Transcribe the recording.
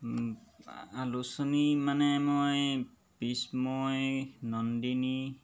আলোচনী মানে মই বিস্ময় নন্দিনী